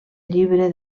llibre